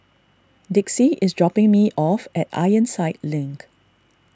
Dixie is dropping me off at Ironside Link